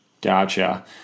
Gotcha